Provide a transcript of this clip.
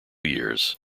years